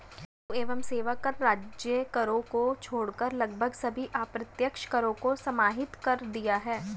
वस्तु एवं सेवा कर राज्य करों को छोड़कर लगभग सभी अप्रत्यक्ष करों को समाहित कर दिया है